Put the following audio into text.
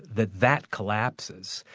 that that collapses.